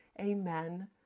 Amen